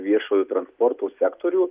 viešojo transporto sektorių